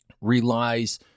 relies